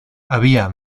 había